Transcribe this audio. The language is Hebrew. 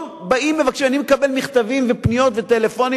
אני מקבל מכתבים ופניות וטלפונים,